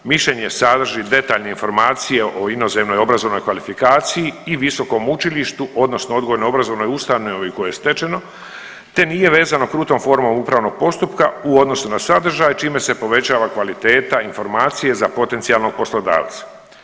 Mišljenje sadrži detaljne informacije o inozemnoj obrazovnoj kvalifikaciji i visokom učilištu, odnosno odgojno-obrazovnoj ustanovi koje je stečeno, te nije vezano krutom formom upravnog postupka u odnosu na sadržaj čime se povećava kvaliteta informacije za potencijalnog poslodavca.